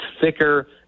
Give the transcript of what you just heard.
thicker